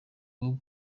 bwo